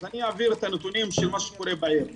אז אני אעביר את הנתונים של מה שקורה בעיר.